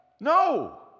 No